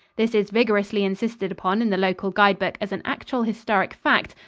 this is vigorously insisted upon in the local guide-book as an actual historic fact,